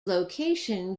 location